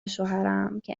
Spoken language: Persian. شوهرم، که